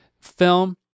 film